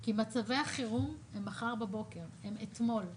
כי מצבי החירום הם מחר בבוקר, הם אתמול.